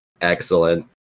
Excellent